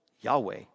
Yahweh